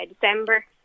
December